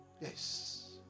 Yes